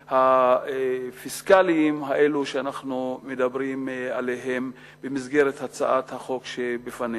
הפיסקליים האלה שאנחנו מדברים עליהם במסגרת הצעת החוק שבפנינו.